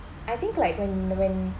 I think like when when